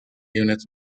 units